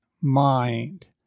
mind